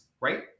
right